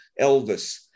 Elvis